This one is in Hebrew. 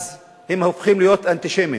אז היא הופכת להיות אנטישמית,